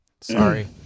sorry